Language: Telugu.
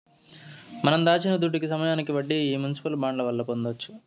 మనం దాచిన దుడ్డుకి సమయానికి వడ్డీ ఈ మునిసిపల్ బాండ్ల వల్ల పొందొచ్చు